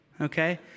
okay